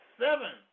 seven